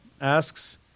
asks